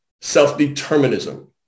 self-determinism